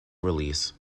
release